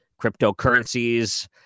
cryptocurrencies